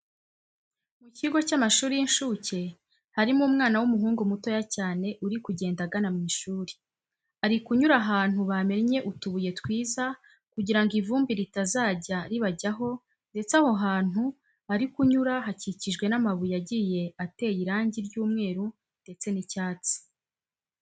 Mu kigo cy'amashuri y'inshuke harimo umwana w'umuhungu mutoya cyane uri kugenda agana mu ishuri. Ari kunyura ahantu bamennye utubuye twiza kugira ngo ivumbi ritazajya ribajyaho ndetse aho hantu ari kunyura hakikijwe n'amabuye agiye ateye irangi ry'umweru ndetse n'icyatsi.